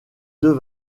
deux